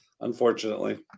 Unfortunately